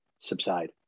subside